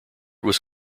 was